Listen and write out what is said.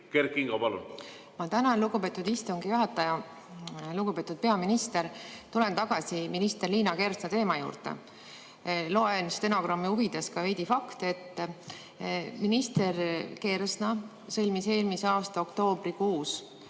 Kert Kingo, palun! Ma tänan, lugupeetud istungi juhataja! Lugupeetud peaminister! Tulen tagasi minister Liina Kersna teema juurde. Loen stenogrammi huvides ka veidi fakte ette. Minister Kersna sõlmis eelmise aasta oktoobrikuus